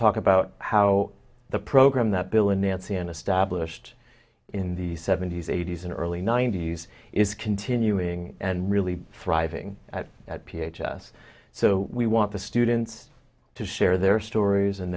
talk about how the program that bill in nancy and established in the seventy's eighty's and early ninety's is continuing and really thriving at p h s so we want the students to share their stories and